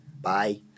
bye